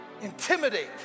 intimidate